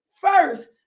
first